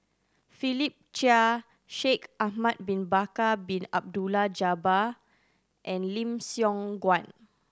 Philip Chia Shaikh Ahmad Bin Bakar Bin Abdullah Jabbar and Lim Siong Guan